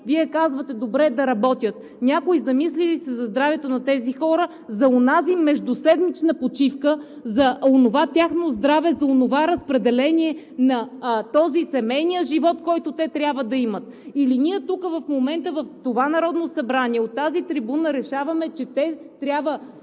Вие казвате: добре, да работят. Някой замисли ли се за здравето на тези хора, за онази междуседмична почивка, за онова тяхно здраве, за онова разпределение на семейния живот, който те трябва да имат, или ние тук в момента в това Народно събрание, от тази трибуна решаваме, че те трябва,